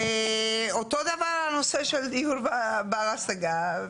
ואותו דבר הנושא של דיור בר השגה.